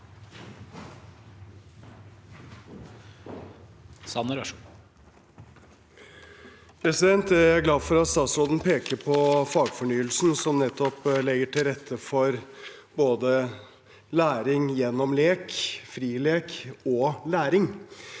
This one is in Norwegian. Jeg er glad for at statsråden pekte på fagfornyelsen, som nettopp legger til rette for læring gjennom lek, frilek og læring,